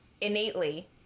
innately